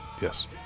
Yes